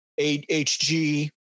HG